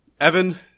Evan